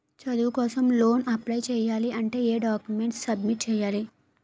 చదువు కోసం loan apply చేయాలి అంటే ఎం డాక్యుమెంట్స్ సబ్మిట్ చేయాలి?